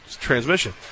transmission